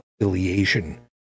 affiliation